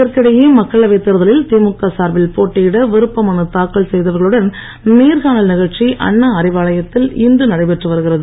இதற்கிடையே மக்களவைத் தேர்தலில் திமுக சார்பில் போட்டியிட விருப்பமனு தாக்கல் செய்தவர்களுடன் நேர்காணல் நிகழ்ச்சி அண்ணா அறிவாலயத்தில் இன்று நடைபெற்று வருகிறது